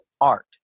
art